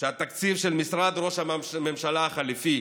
שהתקציב של משרד ראש הממשלה החליפי